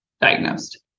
diagnosed